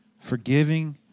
forgiving